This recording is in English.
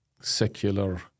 secular